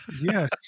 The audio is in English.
Yes